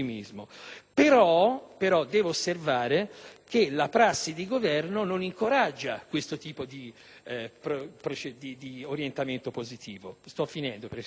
però devo osservare che la prassi di Governo non incoraggia questo tipo di orientamento positivo, perché le cose